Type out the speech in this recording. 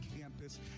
campus